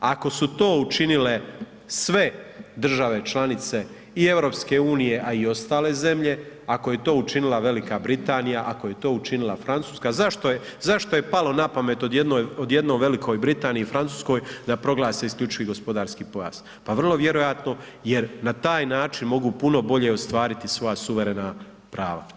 Ako su to učinile sve države članice i EU, a i ostale zemlje, ako je to učinila Velika Britanija, ako je to učinila Francuska, zašto je palo na pamet odjednom Velikoj Britaniji i Francuskoj da proglase isključivi gospodarski pojas, pa vrlo vjerojatno jer na taj način mogu puno bolje ostvariti svoja suverena prava.